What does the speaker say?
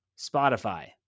Spotify